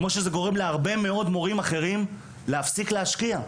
כמו שזה גורם להרבה מאוד מורים אחרים להפסיק להשקיע.